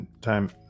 time